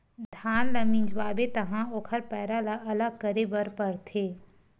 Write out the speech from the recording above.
धान ल मिंजवाबे तहाँ ओखर पैरा ल अलग करे बर परथे